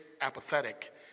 apathetic